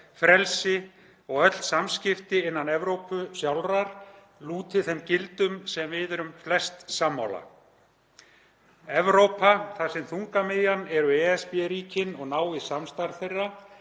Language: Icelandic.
frelsi og öll samskipti innan Evrópu sjálfrar lúti þeim gildum sem við erum flest sammála. Evrópa, þar sem þungamiðjan er ESB-ríkin og náið samstarf þeirra,